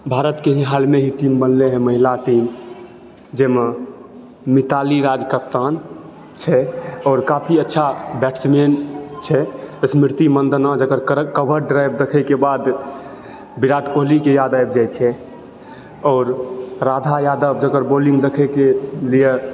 भारतके हालहीमे टीम बनलयहँ महिलाके जैमे मिताली राज कप्तान छै आओर काफी अच्छा बैट्समैन छै स्मृति मन्दना जकर कड़क कवर ड्राइव दखयके बाद विराट कोहलीके याद आबि जाइ छै आओर राधा यादव जकर बॉलिंग दखयके लिअ